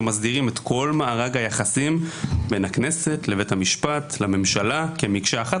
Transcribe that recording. שמסדירים את כל מארג היחסים בין הכנסת לבית המשפט לממשלה כמקשה אחת.